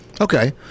Okay